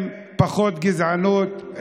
עם פחות גזענות,